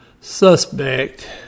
suspect